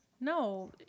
No